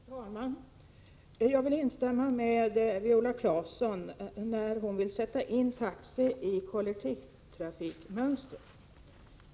Fru talman! Jag vill instämma i det som Viola Claesson sa om att sätta in taxi i ett kollektivtrafikmönster.